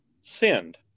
sinned